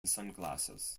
sunglasses